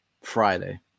Friday